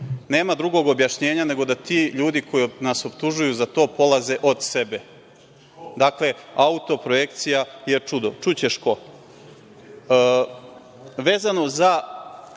nema drugog objašnjenja nego da ti ljudi koji nas optužuju za to polaze od sebe. Dakle, autoprojekcija je čudo. Vezano za